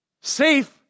Safe